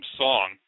song